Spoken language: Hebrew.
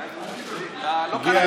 תודה.